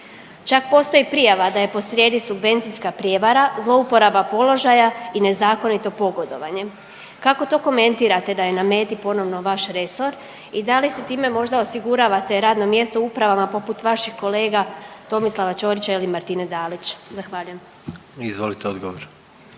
Čak postoji prijava da je posrijedi subvencijska prijevara, zlouporaba položaja i nezakonito pogodovanje. Kako to komentirate da je na meti ponovno vaš resor i da li si time možda osiguravate radno mjesto upravama poput vaših kolega Tomislava Ćorića ili Martine Dalić? Zahvaljujem. **Jandroković,